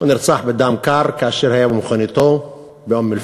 הוא נרצח בדם קר כאשר היה במכוניתו באום-אלפחם.